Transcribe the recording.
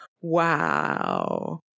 wow